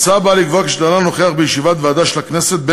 ההצעה נועדה לקבוע כי שדלן הנוכח בישיבת ועדה של הכנסת,